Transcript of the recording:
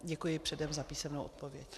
Děkuji předem za písemnou odpověď.